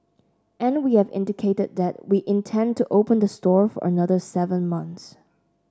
and we have indicated that we intend to open the store for another seven months